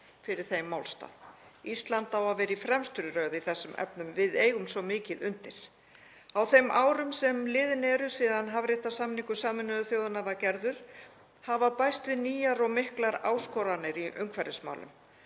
fyrir þeim málstað. Ísland á að vera í fremstu röð í þessum efnum. Við eigum svo mikið undir. Á þeim árum sem liðin eru síðan hafréttarsamningur Sameinuðu þjóðanna var gerður hafa bæst við nýjar og miklar áskoranir í umhverfismálum.